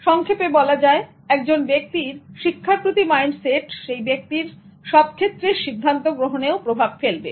সংক্ষেপে বলা যায় একজন ব্যক্তির শিক্ষার প্রতি মাইন্ডসেট সেই ব্যক্তির সবক্ষেত্রের সিদ্ধান্ত গ্রহণে প্রভাব ফেলবে